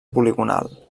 poligonal